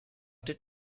did